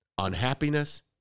unhappiness